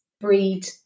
breed